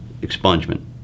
expungement